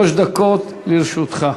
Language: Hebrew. שלוש דקות לרשותך.